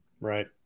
Right